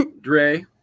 Dre